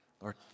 Lord